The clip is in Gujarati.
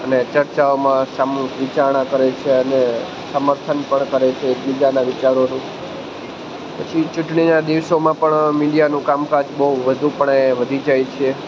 અને ચર્ચાઓમાં સમૂહ વિચારણા કરે છે અને સમર્થન પણ કરે છે એકબીજાના વિચારોનું પછી ચૂંટણીના દિવસોમાં પણ મીડિયાનું કામકાજ બહુ વધુ પણે વધી જાય છે